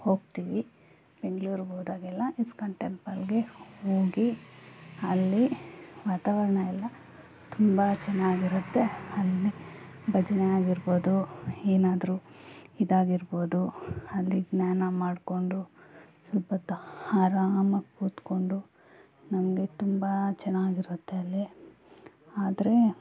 ಹೋಗ್ತೀವಿ ಬೆಂಗಳೂರಿಗೋದಾಗೆಲ್ಲ ಇಸ್ಕಾನ್ ಟೆಂಪಲ್ಗೆ ಹೋಗಿ ಅಲ್ಲಿ ವಾತಾವರಣ ಎಲ್ಲ ತುಂಬ ಚೆನ್ನಾಗಿರುತ್ತೆ ಅಲ್ಲಿ ಭಜನೆ ಆಗಿರ್ಬೌದು ಏನಾದ್ರು ಇದಾಗಿರ್ಬೋದು ಅಲ್ಲಿ ಧ್ಯಾನ ಮಾಡಿಕೊಂಡು ಸ್ವಲ್ಪೊತ್ತು ಆರಾಮಾಗ್ ಕೂತ್ಕೊಂಡು ನಮಗೆ ತುಂಬ ಚೆನ್ನಾಗಿರುತ್ತೆ ಅಲ್ಲಿ ಆದರೆ